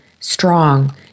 strong